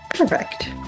Perfect